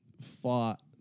fought